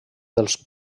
dels